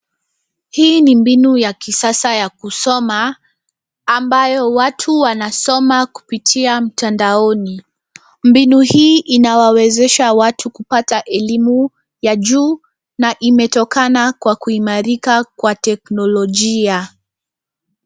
Hii ni mbinu ya kisasa ya kusoma ambayo watu wanasoma kupitia mtandaoni. Mbinu hii inawawezesha watu kupata elimu ya juu na imetokana kwa kuimarika kwa teknolojia.